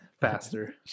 faster